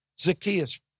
Zacchaeus